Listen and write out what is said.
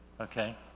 Okay